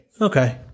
Okay